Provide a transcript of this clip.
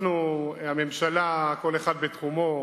הממשלה, כל אחד בתחומו,